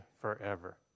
forever